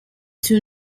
two